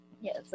Yes